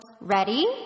Ready